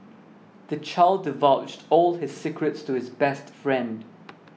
the child divulged all his secrets to his best friend